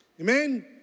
Amen